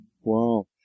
Wow